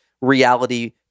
reality